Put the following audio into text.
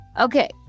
Okay